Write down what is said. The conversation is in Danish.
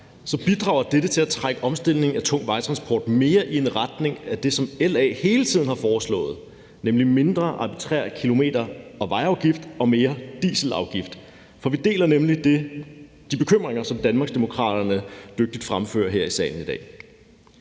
bidrager dette til at trække omstillingen af tung vejtransport mere i retning af det, som LA hele tiden har foreslået, nemlig en mindre arbitrær kilometer- og vejafgift og mere dieselafgift. For vi deler nemlig de bekymringer, som Danmarksdemokraterne dygtigt fremfører her i salen i dag.